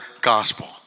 gospel